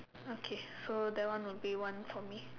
okay so that one would be one for me